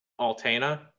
Altana